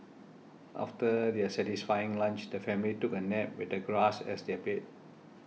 after their satisfying lunch the family took a nap with the grass as their bed